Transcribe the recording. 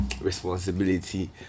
responsibility